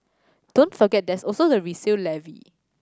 don't forget there's also the resale levy